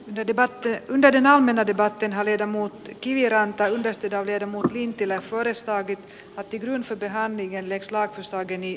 de debate veden ammenne varten hallita muutti kivirantaa lähestytään jermu lintilä foresta di attityönsä sisältyvät lakiehdotukset